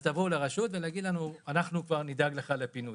תבוא לרשות ואנחנו כבר נדאג לך לפינוי.